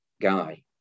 guy